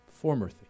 former